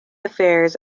affairs